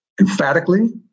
emphatically